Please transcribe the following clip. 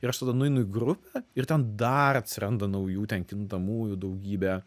ir aš tada nueinu į grupę ir ten dar atsiranda naujų ten kintamųjų daugybė